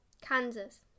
Kansas